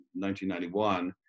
1991